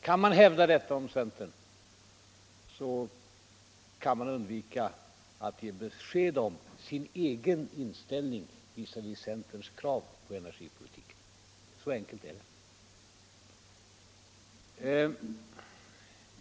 Kan man hävda detta om centern kan man undvika att ge besked om sin egen inställning visavi centerns krav på energipolitiken. Så enkelt är det.